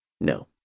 No